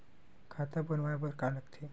खाता बनवाय बर का का लगथे?